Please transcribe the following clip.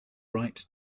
right